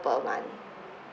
per month